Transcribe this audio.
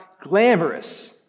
glamorous